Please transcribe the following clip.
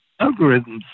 algorithms